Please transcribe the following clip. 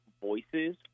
voices